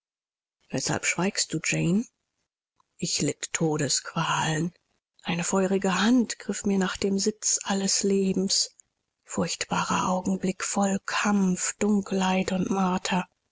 weshalb schweigst du jane ich litt todesqualen eine feurige hand griff mir nach dem sitz alles lebens furchtbarer augenblick voll kampf dunkelheit und marter